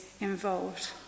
involved